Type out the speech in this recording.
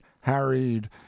harried